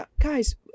guys